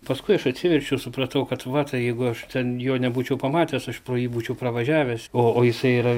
paskui aš atsiverčiau supratau kad vat jeigu aš ten jo nebūčiau pamatęs aš pro jį būčiau pravažiavęs o o jisai yra